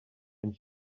mae